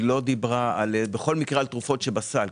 היא לא דיברה על בכל מקרה על תרופות שבסל,